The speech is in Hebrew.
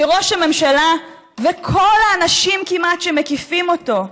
ראש הממשלה וכמעט כל האנשים שמקיפים אותו,